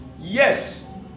Yes